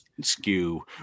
skew